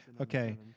Okay